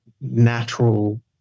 natural